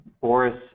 Boris